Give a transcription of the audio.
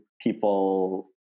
people